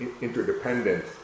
interdependent